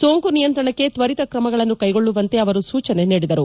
ಸೋಂಕು ನಿಯಂತ್ರಣಕ್ಕೆ ತ್ವರಿತ ಕ್ರಮಗಳನ್ನು ಕ್ಕೆಗೊಳ್ಳುವಂತೆ ಅವರು ಸೂಚನೆ ನೀಡಿದರು